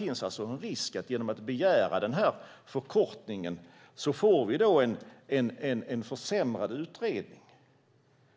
I och med att ni begär denna förkortning riskerar vi att få en försämrad utredning.